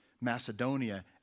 Macedonia